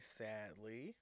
sadly